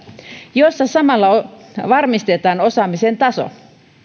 jossa samalla varmistetaan osaamisen taso